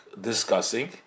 discussing